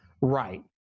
Right